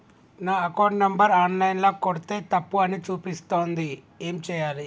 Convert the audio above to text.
నా account number online ల కొడ్తే తప్పు అని చూపిస్తాంది ఏం చేయాలి?